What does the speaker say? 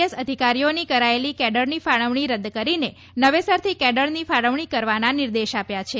S અધિકારીઓની કરાયેલી કેડરની ફાળવણી રદ કરીને નવેસરથી કેડરની ફાળવણી કરવાના નિર્દેશ આપ્યા છે